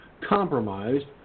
compromised